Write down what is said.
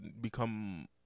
become